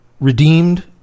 redeemed